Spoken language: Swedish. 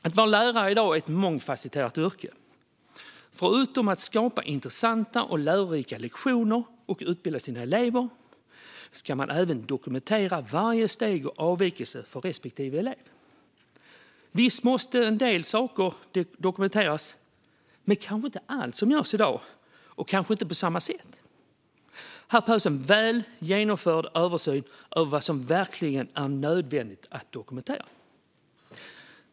Att vara lärare i dag innebär att man har ett mångfasetterat yrke. Förutom att skapa intressanta och lärorika lektioner och utbilda sina elever ska man dokumentera varje steg och avvikelse för respektive elev. Visst måste en del saker dokumenteras, men kanske inte allt som dokumenteras i dag och kanske inte på samma sätt. Här behövs en väl genomförd översyn av vad som verkligen är nödvändigt att dokumentera.